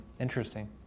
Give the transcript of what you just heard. Interesting